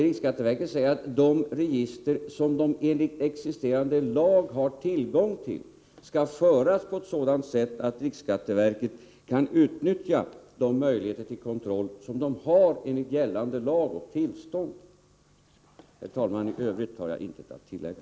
Riksskatteverket säger att de register som verket enligt existerande lag har tillgång till skall föras på ett sådant sätt att det går att utnyttja de möjligheter till kontroll som riksskatteverket har enligt gällande lag och tillstånd. Herr talman! I övrigt har jag intet att tillägga.